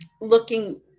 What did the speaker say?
looking